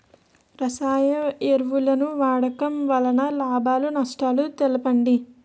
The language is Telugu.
రసాయన ఎరువుల వాడకం వల్ల లాభ నష్టాలను తెలపండి?